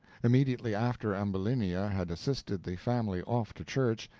immediately after ambulinia had assisted the family off to church,